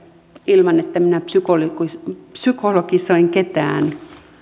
ilman että minä psykologisoin ketään